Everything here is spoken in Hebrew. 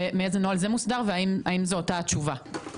מאיזה נוהל זה מוסדר והם זו אותה תשובה?